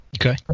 Okay